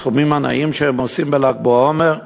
אני מפרגן לתושבים על הסכומים הנאים שהם עושים בל"ג בעומר,